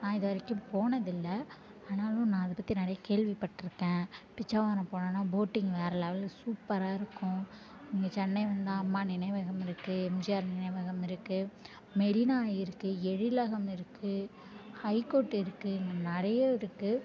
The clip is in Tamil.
நான் இது வரைக்கும் போனதில்லை ஆனாலும் நான் அதை பற்றி நிறைய கேள்விப்பட்யிருக்கேன் பிச்சாவரம் போனோன்னா போட்டிங் வேறு லெவலில் சூப்பராக இருக்கும் இங்கே சென்னை வந்தா அம்மா நினைவகம் இருக்கு எம்ஜிஆர் நினைவகம் இருக்கு மெரினா இருக்கு எழிலகம் இருக்கு ஹைகோர்ட் இருக்கு இங்கே நிறைய இருக்கு